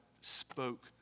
spoke